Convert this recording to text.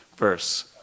Verse